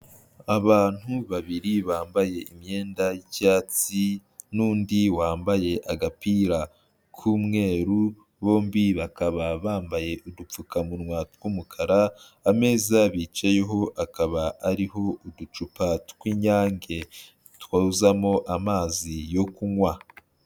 Abantu babiri bambaye imyenda y'icyatsi n'undi wambaye agapira k'umweru, bombi bakaba bambaye udupfukamunwa tw'umukara, ameza bicayeho akaba ariho uducupa tw'Inyange twuzamo amazi yo kunywa.